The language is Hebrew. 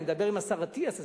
אני מדבר עם השר אטיאס,